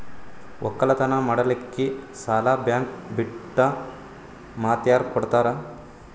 ಒಕ್ಕಲತನ ಮಾಡಲಿಕ್ಕಿ ಸಾಲಾ ಬ್ಯಾಂಕ ಬಿಟ್ಟ ಮಾತ್ಯಾರ ಕೊಡತಾರ?